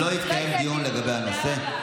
זו המשמעות, לא יתקיים דיון לגבי הנושא,